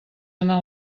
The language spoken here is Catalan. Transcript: anar